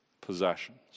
possessions